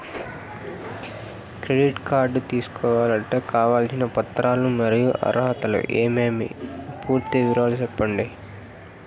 Credit card తీసుకోవాలంటే కావాల్సిన పత్రాలు మరియు అర్హతలు ఏమేమి పూర్తి వివరాలు సెప్పండి?